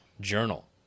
journal